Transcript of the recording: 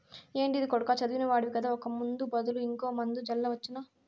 ఏంటిది కొడకా చదివిన వాడివి కదా ఒక ముందు బదులు ఇంకో మందు జల్లవచ్చునా